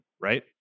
right